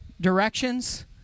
directions